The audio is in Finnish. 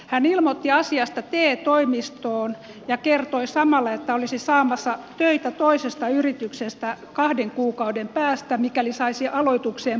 hän ilmoitti asiasta te toimistoon ja kertoi samalla että olisi saamassa töitä toisesta yrityksestä kahden kuukauden päästä mikäli saisi aloitukseen palkkatukea